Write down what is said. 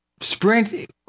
Sprint